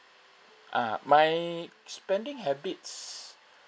ah my spending habits